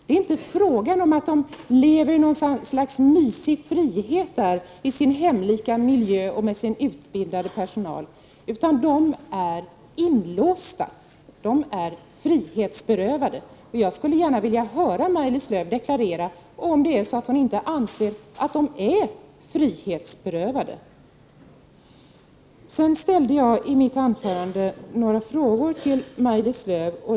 Det är inte fråga om att barnen lever i något slags mysig frihet i en hemlik miljö och med utbildad personal. Barnen är inlåsta, dvs. frihetsberövade. Jag skulle gärna vilja höra Maj-Lis Lööw deklarera om hon inte anser att de är frihetsberövade. I mitt anförande ställde jag några frågor till Maj-Lis Lööw.